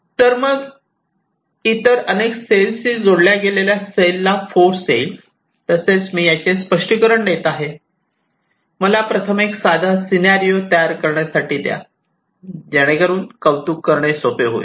तर मग इतर अनेक सेलशी जोडल्या गेलेल्या सेलला फोर्स येईल तसेच मी याचे स्पष्टीकरण देत आहे मला प्रथम एक साधे सिनारिओ तयार करण्यासाठी द्या कौतुक करणे सोपे होईल